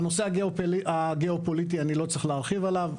הנושא הגיאופוליטי, אני לא צריך להרחיב עליו.